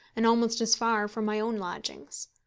and almost as far from my own lodgings.